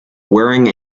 wearing